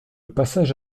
passage